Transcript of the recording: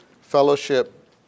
Fellowship